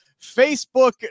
Facebook